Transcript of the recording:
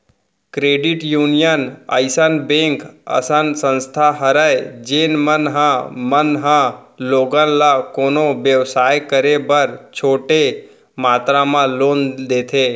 credit union अइसन bank असन संस्था हरय जेन मन ह मन ह लोगन ल कोनो बेवसाय करे बर छोटे मातरा म लोन देथे